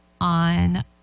on